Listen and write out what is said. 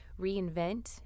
reinvent